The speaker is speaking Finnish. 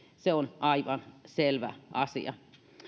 se on aivan selvä asia